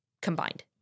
Combined